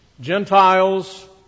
Gentiles